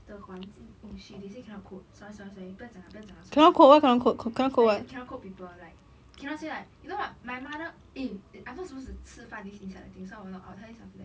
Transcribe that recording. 的环境 oh shit they say cannot quote sorry sorry sorry 不要讲 liao 不要讲 liao 算了 like you cannot quote people like cannot say like you know what my mother eh I'm not supposed to 吃饭 this inside the thing so I'll try this after that